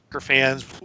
fans